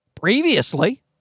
Previously